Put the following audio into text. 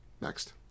Next